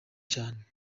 cyane